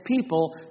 people